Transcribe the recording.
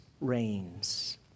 reigns